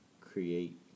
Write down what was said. create